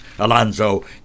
Alonso